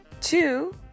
two